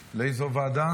לאיזו ועדה?